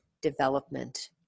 development